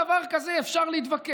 עכשיו, על כל דבר כזה אפשר להתווכח,